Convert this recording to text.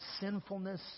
sinfulness